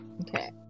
Okay